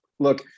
Look